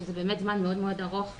שזה באמת זמן מאוד מאוד ארוך,